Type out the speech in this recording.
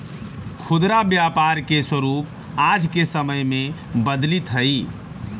खुदरा व्यापार के स्वरूप आज के समय में बदलित हइ